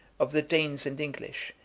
of the danes and english,